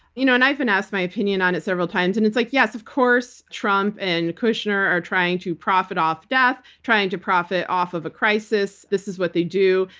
you know and i've been asked my opinion on it several times. and it's like, yes, of course, trump and kushner are trying to profit off death, trying to profit off of a crisis. this is what they do.